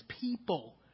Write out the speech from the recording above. people